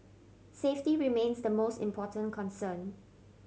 safety remains the most important concern